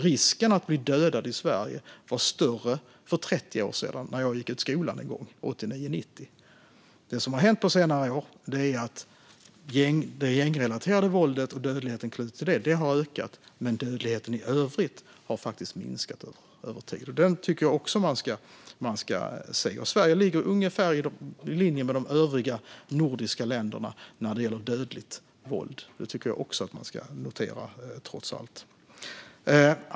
Risken att bli dödad i Sverige var större för omkring 30 år sedan, 1989-1990, när jag gick ut skolan. Det som har hänt på senare år är att det gängrelaterade våldet och dödligheten med anknytning till detta har ökat, men dödligheten i övrigt har faktiskt minskat över tid. Det tycker jag att man också ska se. Sverige ligger ungefär i linje med de övriga nordiska länderna när det gäller dödligt våld. Det tycker jag att man, trots allt, ska notera.